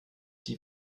die